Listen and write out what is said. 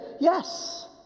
Yes